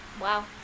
Wow